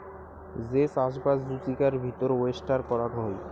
যে চাষবাস জুচিকার ভিতর ওয়েস্টার করাং হই